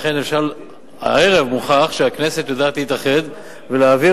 הערב מוכח שהכנסת יודעת להתאחד ולהעביר